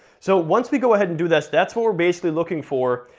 so once we go ahead and do this, that's what we're basically looking for,